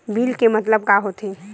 Bill के मतलब का होथे?